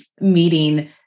meeting